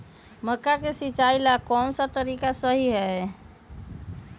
मक्का के सिचाई ला कौन सा तरीका सही है?